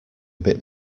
bit